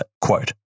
quote